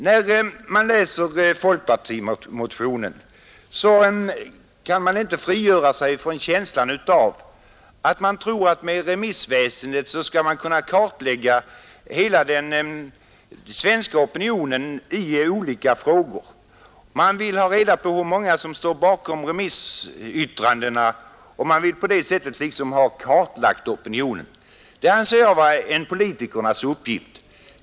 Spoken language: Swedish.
När jag läser folkpartimotionen kan jag inte frigöra mig från känslan av att man tror att man med remissväsendet skall kunna kartlägga hela den svenska opinionen i olika frågor — man vill bl.a. ha reda på hur många som står bakom remissyttrandena. Detta anser jag vara en politikernas uppgift.